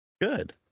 Good